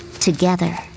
together